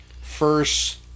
first